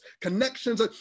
connections